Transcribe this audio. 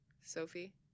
Sophie